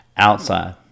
outside